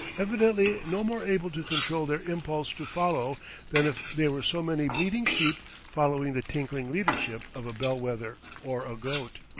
evidently no more able to control their impulse to follow than if they were so many bleating sheep following the tinkling leadership of a bellwether or a goat.